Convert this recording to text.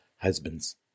husbands